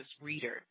reader